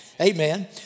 amen